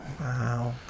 Wow